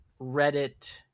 Reddit